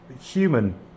Human